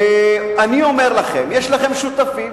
אני אומר לכם: יש לכם שותפים.